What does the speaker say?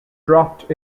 dropped